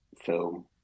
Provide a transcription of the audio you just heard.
film